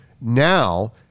now